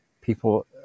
people